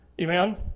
Amen